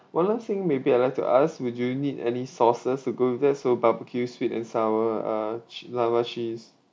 one last thing maybe I'd like to ask would you need any sauces to go with that so barbecue sweet and sour uh ch~ lava cheese